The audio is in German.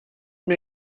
mir